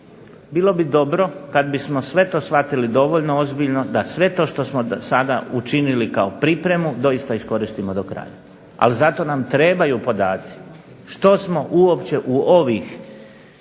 Bilo bi dobro kad bismo sve to shvatili dovoljno ozbiljno da sve to što smo sada učinili kao pripremu doista iskoristimo do kraja. Ali, za to nam trebaju podaci što smo uopće u ovih